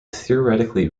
theoretically